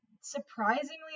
surprisingly